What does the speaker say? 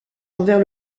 envers